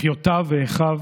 אחיותיו ואחיו